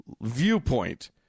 viewpoint